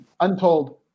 untold